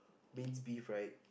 minced beef right